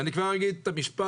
ואני כבר אגיד את המשפט,